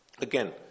Again